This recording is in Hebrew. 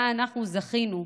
בה אנחנו זכינו,